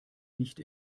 nicht